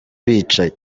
bicaye